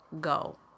go